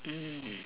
mm